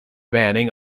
banning